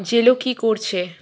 jello কী করছে